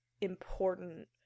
important